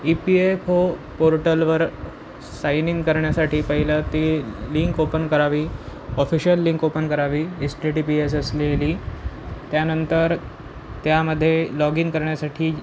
E P F O पोर्टलवर sign in करण्यासाठी पहिलं ती लिंक ओपन करावी ऑफिशिअल लिंक ओपन करावी H T T P S असलेली त्यानंतर त्यामध्ये लॉग इन करण्यासाठी